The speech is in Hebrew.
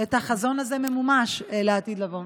את החזון הזה ממומש לעתיד לבוא?